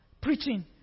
preaching